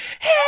Hey